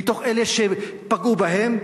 מתוך אלה שפגעו בהם,